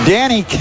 Danny